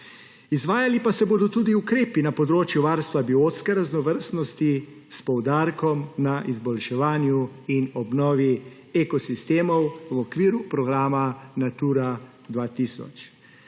Izvajali pa se bodo tudi ukrepi na področju varstva biotske raznovrstnosti s poudarkom na izboljševanju in obnovi ekosistemov v okviru programa Natura 2000.